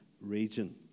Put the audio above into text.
region